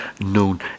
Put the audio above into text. known